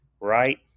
right